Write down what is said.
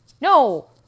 No